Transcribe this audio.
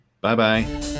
bye-bye